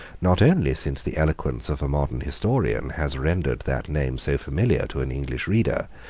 not only since the eloquence of a modern historian has rendered that name so familiar to an english reader,